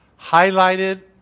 highlighted